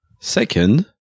Second